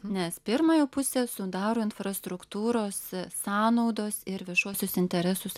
nes pirmąją pusę sudaro infrastruktūros sąnaudos ir viešuosius interesus